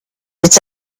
its